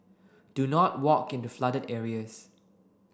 do not walk into flooded areas